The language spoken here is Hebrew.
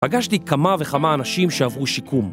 פגשתי כמה וכמה אנשים שעברו שיקום